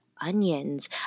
onions